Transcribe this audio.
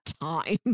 time